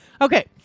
Okay